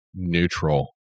neutral